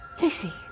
Lucy